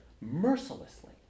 mercilessly